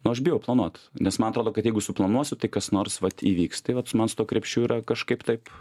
aš bijau planuot nes man atrodo kad jeigu suplanuosiu tai kas nors vat įvyks tai vat man su tuo krepšiu yra kažkaip taip